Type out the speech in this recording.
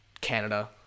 Canada